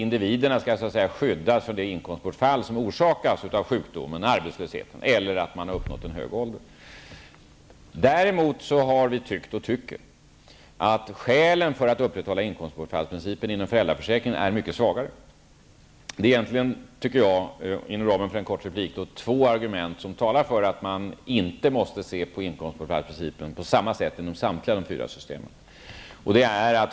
Individerna skall skyddas mot det inkomstbortfall som orsakas av sjukdom eller arbetslöshet eller uppstår på grund av att man har uppnått hög ålder. Däremot tycker vi att skälen för att upprätthålla inkomstbortfallsprincipen inom föräldraförsäkringen är mycket svagare. Jag anser att det finns två argument som talar för att man inte kan se på inkomstbortfallsprincipen på samma sätt inom samtliga de fyra systemen.